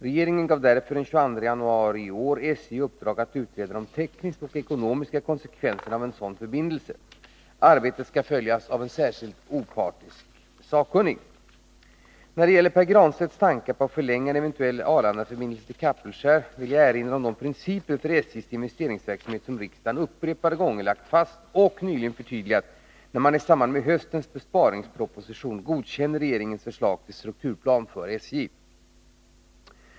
Regeringen gav därför den 22 januari i år SJ i uppdrag att utreda de tekniska och ekonomiska konsekvenserna av en sådan förbindelse. Arbetet skall följas av en särskild opartisk sakkunnig. När det gäller Pär Granstedts tankar på att förlänga en eventuell Arlandaförbindelse till Kapellskär vill jag erinra om de principer för SJ:s investeringsverksamhet som riksdagen upprepade gånger lagt fast och nyligen förtydligat när man i samband med höstens besparingsproposition godkände regeringens förslag till strukturplan för SJ.